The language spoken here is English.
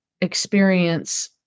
experience